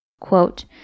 quote